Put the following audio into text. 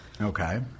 Okay